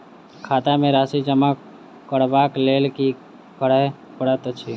खाता मे राशि जमा करबाक लेल की करै पड़तै अछि?